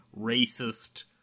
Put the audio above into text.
racist